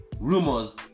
rumors